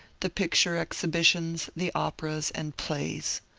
the picture exhibi tions, the operas, and plays.